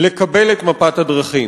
לקבל את מפת הדרכים.